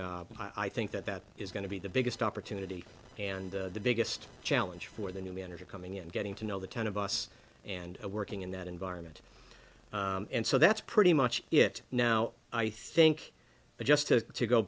that i think that that is going to be the biggest opportunity and the biggest challenge for the new manager coming in getting to know the ten of us and working in that environment and so that's pretty much it now i think just to to go